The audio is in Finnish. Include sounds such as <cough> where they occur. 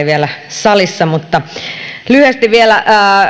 <unintelligible> vielä salissa mutta lyhyesti vielä